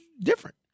different